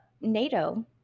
NATO